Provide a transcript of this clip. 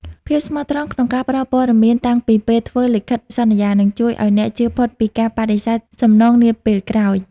ភាពស្មោះត្រង់ក្នុងការផ្ដល់ព័ត៌មានតាំងពីពេលធ្វើលិខិតសន្យា នឹងជួយឱ្យអ្នកជៀសផុតពីការបដិសេធសំណងនាពេលក្រោយ។